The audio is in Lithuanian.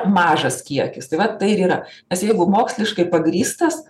mažas kiekis tai va tai ir yra nes jeigu moksliškai pagrįstas